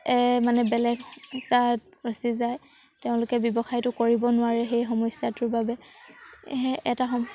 মানে বেলেগ জেগাত ফচি যায় তেওঁলোকে ব্যৱসায়টো কৰিব নোৱাৰে সেই সমস্যাটোৰ বাবে সেই এটা সম